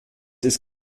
ist